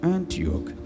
Antioch